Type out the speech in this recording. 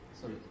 Sorry